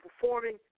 performing